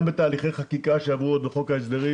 גם בתהליכי חקיקה שעברו בחוק ההסדרים